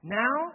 now